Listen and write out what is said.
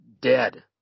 dead